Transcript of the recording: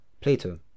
Plato